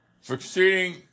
succeeding